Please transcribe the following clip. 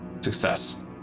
success